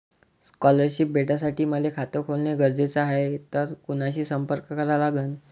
Scholarship भेटासाठी मले खात खोलने गरजेचे हाय तर कुणाशी संपर्क करा लागन?